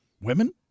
women